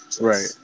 Right